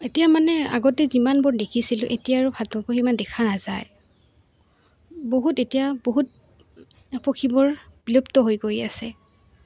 এতিয়া মানে আগতে যিমানবোৰ দেখিছিলোঁ এতিয়া আৰু ভাটৌবোৰ ইমান দেখা নাযায় বহুত এতিয়া বহুত পক্ষীবোৰ বিলুপ্ত হৈ গৈ আছে